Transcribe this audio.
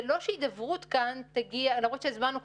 זה לא שהידברות כאן למרות שהזמנו כבר,